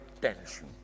tension